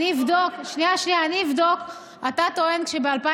כי כשבן אדם